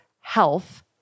health